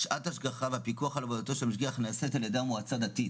שעת השגחה והפיקוח על עבודתו של המשגיח נעשית על-ידי מועצה דתית.